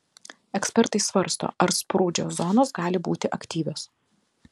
ekspertai svarsto ar sprūdžio zonos gali būti aktyvios